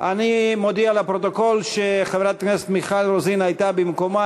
אני מודיע לפרוטוקול שחברת הכנסת מיכל רוזין הייתה במקומה,